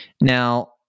now